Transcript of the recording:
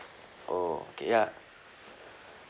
oh okay ya